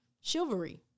chivalry